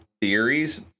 theories